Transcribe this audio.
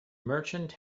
merchant